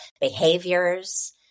behaviors